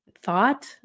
thought